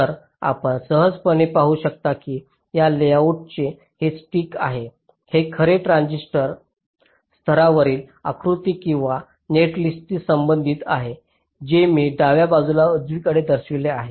तर आपण सहजपणे पाहू शकता की या लेआउटचे हे स्टिक आरेख हे खरंतर ट्रान्झिस्टर स्तरावरील आकृती किंवा नेटलिस्टशी संबंधित आहे जे मी डाव्या बाजूला उजवीकडे दर्शविले आहे